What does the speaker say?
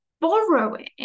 borrowing